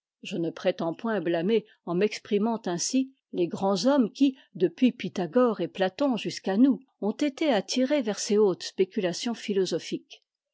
je ne prétends point marner en m'exprimant ainsi tes grands hommes qui depuis pvthagore et platon jusqu'à nous ont été attirés vers ces hautes spéculations philosophiques